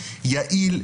יעיל,